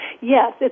Yes